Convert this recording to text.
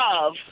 love